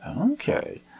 Okay